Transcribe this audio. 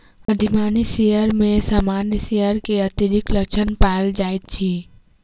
अधिमानी शेयर में सामान्य शेयर के अतिरिक्त लक्षण पायल जाइत अछि